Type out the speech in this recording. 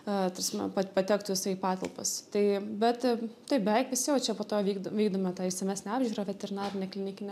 a ta prasme pa patektų jisai į patalpas tai bet taip beveik visi va čia po to vyk vykdome tą išsamesnę apžiūrą veterinarinę klinikinę